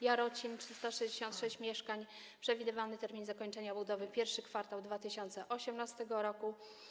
Jarocin - 366 mieszkań, przewidywany termin zakończenia budowy to I kwartał 2018 r.